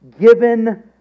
given